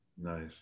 nice